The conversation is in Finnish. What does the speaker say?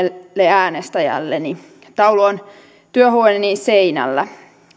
äänestäjälleni taulu on työhuoneeni seinällä